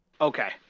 okay